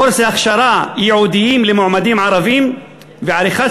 קורסי הכשרה ייעודיים למועמדים ערבים ועריכת